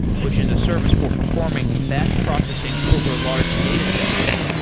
which is a service for performing batch processing over large datasets.